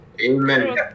Amen